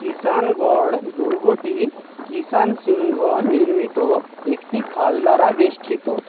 কিষাণগড় দুর্গটি কিষাণ সিংহ নির্মিত একটি খাল দ্বারা বেষ্টিত